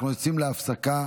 אנחנו יוצאים להפסקה,